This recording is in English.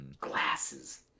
Glasses